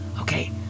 Okay